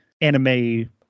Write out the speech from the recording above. anime